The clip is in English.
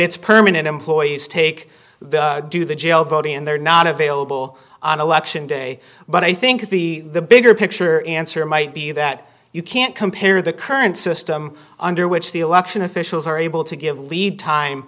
it's permanent employees take the do the jail voting and they're not available on election day but i think the the bigger picture answer might be that you can't compare the current system under which the election officials are able to give lead time